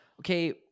okay